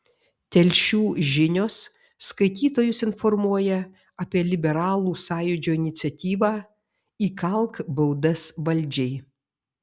telšių žinios skaitytojus informuoja apie liberalų sąjūdžio iniciatyvą įkalk baudas valdžiai